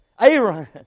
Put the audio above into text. Aaron